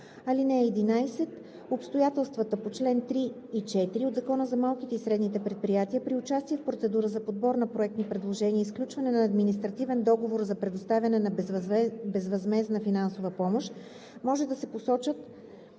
(11) Обстоятелствата по чл. 3 и 4 от Закона за малките и средни предприятия при участие в процедура за подбор на проектни предложения и сключване на административен договор за предоставяне на безвъзмездна финансова помощ може да се посочат